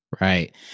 Right